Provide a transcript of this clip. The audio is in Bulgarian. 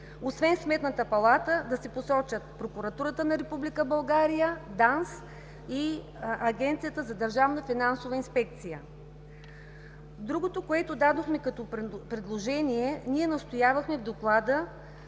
Освен Сметната палата, да се посочат прокуратурата на Република България, ДАНС и Агенцията за държавна финансова инспекция. Другото, което дадохме като предложение: настоявахме в Доклада